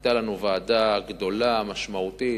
היתה לנו ועדה גדולה, משמעותית,